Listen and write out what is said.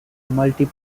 multi